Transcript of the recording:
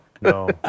no